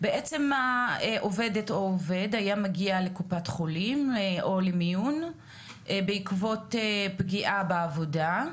בעצם עובדת או עובד היה מגיע לקופת חולים או למיון בעקבות פגיעה בעבודה,